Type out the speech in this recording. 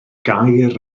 gair